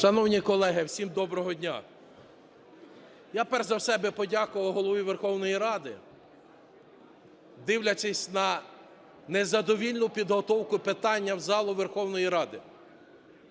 Шановні колеги, всім доброго дня! Я, перш за все, би подякував Голові Верховної Ради, дивлячись на незадовільну підготовку питання в залу Верховної Ради.